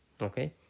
Okay